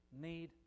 need